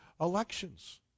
elections